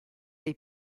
dei